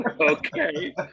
okay